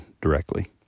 directly